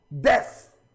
Death